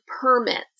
permits